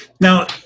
Now